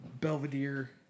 Belvedere